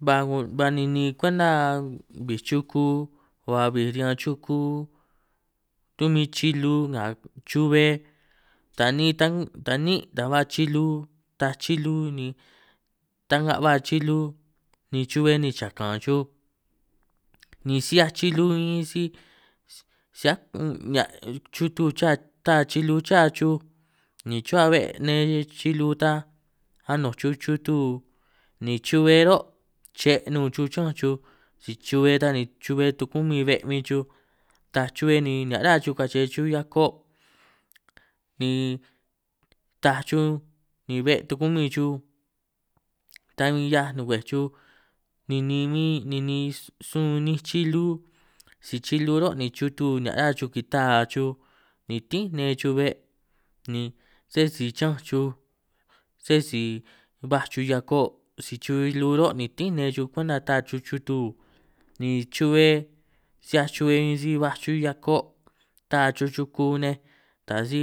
Ba ninin kwenta bij chuku ba bij riñan chuku run' bin chilu nga chubbe, ta ni tan ta ninj ta ba chilu taaj chilu ni ta'nga' ba chilu ni chubbe ni chakan chuj, ni si 'hiaj chilu bin si si'hia' un' nihia' chutu cha taa chilu, cha chuj ni chuba be' nne chilu tan anoj chuj chutu ni chubbe ro' che' nun chuj chán chuj, si chubbe tan ni chubbe tukumí be' chuj taaj ni nihia' ra chuj kache chuj hiako', ni taaj chuj ni be' tukumin chuj ta bin 'hiaj nungwej chuj, ninin bin ninin sun 'ninj chilu si chilu ro' ni chutu nihia' ra chuj kita'a chuj, ni tínj nne chuj be' ni sé si chi'ñanj chuj sé si baj chuj hiako' si chuu chilu ro' ni tínj nne chuj ro' kwenta taaj chuj chutu, ni chu'bbe si 'hiaj chu'bbe bin si baj chuj hiako' taa' chuj, chuku nej taj si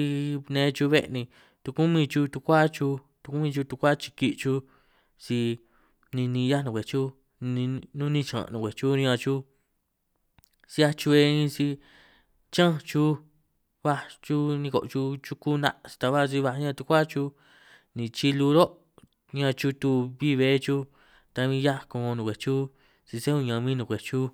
nne chuj be' ni tukumin chuj tukua chuj tukumin chuj tukua chiki chuj si ninin 'hiaj nungwej chuj ni nun ninj chiñan' nungwej chuj riñan chuj si 'hiaj chubbe bin si chi'ñanj chuj baj chuj niko' chuj chuku 'na' staba si baj ñan tukua chuj, ni chilu ro' ni riñan chutu bin bbe chuj ta bin 'hiaj ko nungwej chuj si sé uñan bin nunkwej chuj.